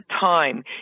time